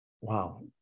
wow